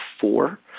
four